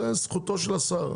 זאת זכותו של השר.